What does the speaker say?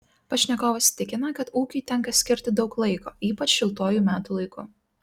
pašnekovas tikina kad ūkiui tenka skirti daug laiko ypač šiltuoju metų laiku